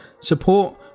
support